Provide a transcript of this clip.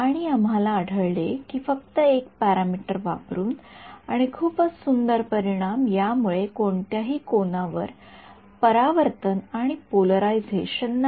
आणि आम्हाला आढळले की फक्त १ पॅरामीटर वापरून आणि खूपच सुंदर परिणाम यामुळे कोणत्याही कोनावर परावर्तन आणि पोलरायझेशन नाही